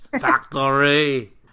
factory